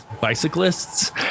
bicyclists